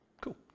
Cool